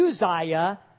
Uzziah